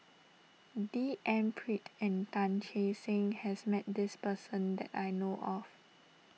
D N Pritt and Tan Che Sang has met this person that I know of